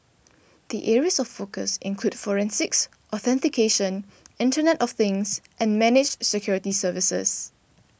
the areas of focus include forensics authentication Internet of Things and managed security services